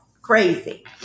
Crazy